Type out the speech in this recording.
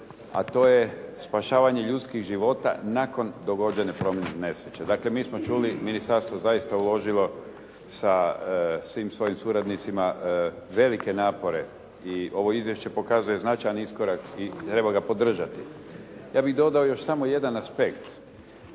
a to je spašavanje ljudskih života nakon dogođene prometne nesreće. Dakle, mi smo čuli ministarstvo je zaista uložilo sa svim svojim suradnicima velike napore. I ovo izvješće pokazuje značajan iskorak i treba ga podržati. Ja bih dodao samo jedan aspekt.